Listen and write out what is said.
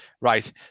Right